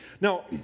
Now